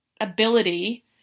ability